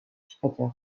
çıkacak